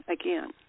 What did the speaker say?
again